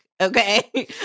Okay